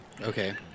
Okay